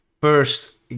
first